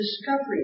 discovery